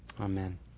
Amen